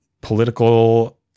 political